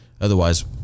Otherwise